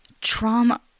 trauma